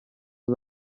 uzi